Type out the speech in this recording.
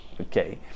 okay